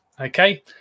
Okay